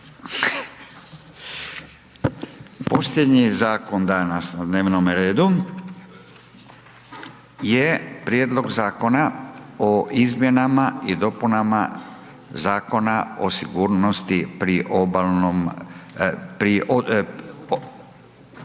Posljednji zakon danas na dnevnom redu je: - Prijedlog Zakona o izmjenama i dopunama Zakona o sigurnosti pri obdobalnom